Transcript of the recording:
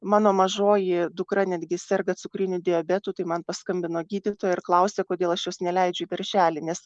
mano mažoji dukra netgi serga cukriniu diabetu tai man paskambino gydytoja ir klausia kodėl aš jos neleidžiu į darželį nes